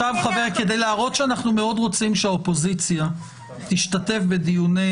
כדי להראות שאנחנו מאוד רוצים שהאופוזיציה תשתתף בדיוני